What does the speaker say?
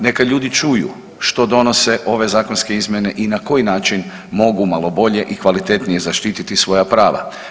Neka ljudi čuju što donose ove zakonske izmjene i na koji način mogu malo bolje i kvalitetnije zaštititi svoja prava.